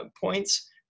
points